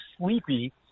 sleepy